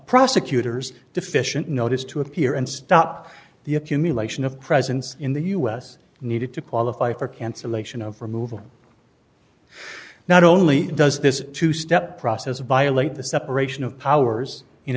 prosecutor's deficient notice to appear and stop the accumulation of presence in the us needed to qualify for cancellation of removal not only does this two step process violate the separation of powers in